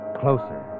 Closer